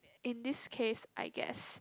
in this case I guess